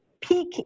peak